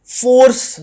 force